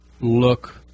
look